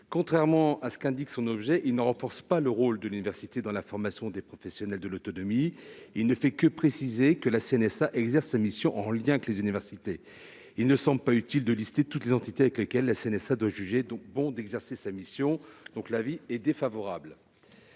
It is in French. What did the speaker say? Contrairement à ce qui est indiqué dans leur objet, ils ne renforcent pas le rôle de l'université dans la formation des professionnels de l'autonomie. Ils tendent simplement à indiquer que la CNSA exerce sa mission en lien avec les universités. Il ne semble pas utile de lister toutes les entités avec lesquelles la CNSA doit juger bon d'exercer sa mission. L'avis est donc défavorable.